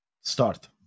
start